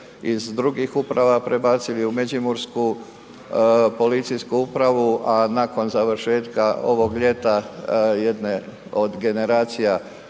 iz drugih uprava prebacili u Međimursku policijsku upravu, a nakon završetka ovog ljeta jedne od generacija